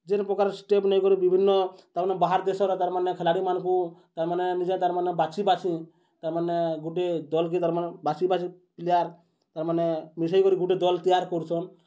ଯେନ୍ ପ୍ରକାର୍ ଷ୍ଟେପ୍ ନେଇକରି ବିଭିନ୍ନ ତାର୍ମାନେ ବାହାର୍ ଦେଶରେ ତାର୍ମାନେ ଖେଲାଡ଼ିମାନ୍କୁ ତାର୍ମାନେ ନିଜେ ତାର୍ମାନେ ବାଛି ବାଛି ତାର୍ମାନେ ଗୁଟେ ଦଲ୍କେ ତାର୍ମାନେ ବାଛି ବାଛି ପ୍ଲେୟାର୍ ତାର୍ମାନେ ମିଶେଇକରି ଗୁଟେ ଦଲ୍ ତିଆର୍ କରୁଚନ୍